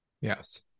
Yes